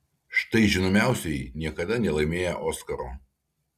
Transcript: štai žinomiausieji niekada nelaimėję oskaro